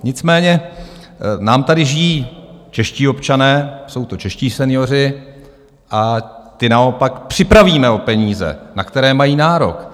Nicméně tady žijí čeští občané, jsou to čeští senioři a ty naopak připravíme o peníze, na které mají nárok.